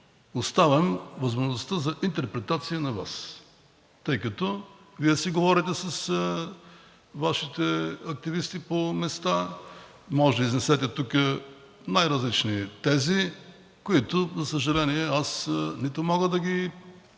Оставям възможността за интерпретация на Вас, тъй като Вие си говорите с Вашите активисти по места, може да изнесете тук най-различни тези, които, за съжаление, аз нито мога да ги